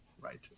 right